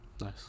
Nice